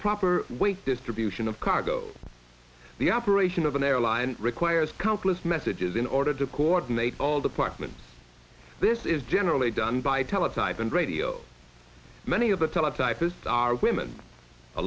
proper weight distribution of cargo the operation of an airline requires countless messages in order to coordinate all departments this is generally done by teletype and radio many of the